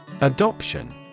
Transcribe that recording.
Adoption